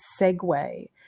segue